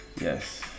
yes